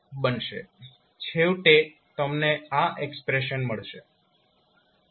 છેવટે તમને આ એક્સપ્રેશન મળશે